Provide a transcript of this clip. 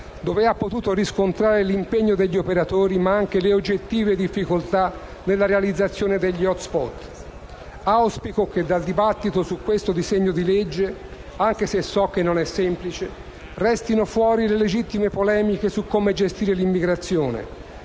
dove ha potuto riscontrare l'impegno degli operatori ma anche le oggettive difficoltà nella realizzazione degli *hotspot*. Auspico che dal dibattito su questo disegno di legge, anche se so che non è semplice, restino fuori le legittime polemiche su come gestire l'immigrazione,